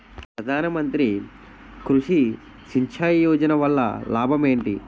ప్రధాన మంత్రి కృషి సించాయి యోజన వల్ల లాభం ఏంటి?